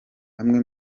amwe